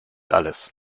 alles